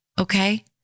Okay